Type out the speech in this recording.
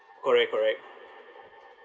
correct correct